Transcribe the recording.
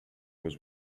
was